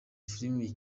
filime